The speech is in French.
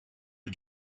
est